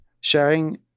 Sharing